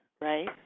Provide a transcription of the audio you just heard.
right